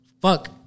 Fuck